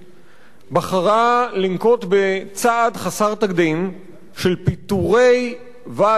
בחרה לנקוט צעד חסר תקדים של פיטורי ועד עובדים.